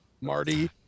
Marty